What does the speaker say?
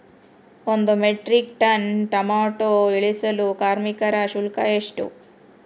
ಒಂದು metric ton tomato ಇಳಿಸಲು ಕಾರ್ಮಿಕರ ಶುಲ್ಕ ಎಷ್ಟು?